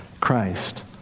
Christ